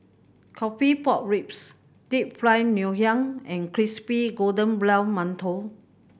coffee pork ribs Deep Fried Ngoh Hiang and crispy golden brown mantou